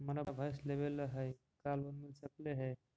हमरा भैस लेबे ल है का लोन मिल सकले हे?